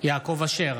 יעקב אשר,